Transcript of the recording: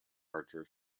archer